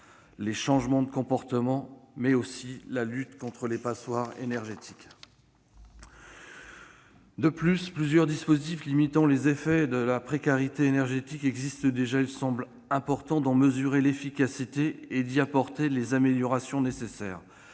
les changements de comportements et la lutte contre les passoires énergétiques. De plus, plusieurs dispositifs limitant les effets de la précarité énergétique existent déjà. Il semble important d'en mesurer l'efficacité et de leur apporter les améliorations nécessaires.